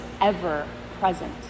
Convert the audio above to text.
ever-present